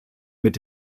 mit